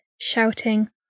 shouting